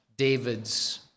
David's